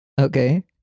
Okay